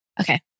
Okay